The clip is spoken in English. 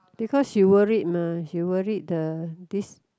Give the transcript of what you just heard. because she worried mah she worried the this